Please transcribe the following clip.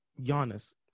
Giannis